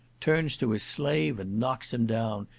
turns to his slave, and knocks him down,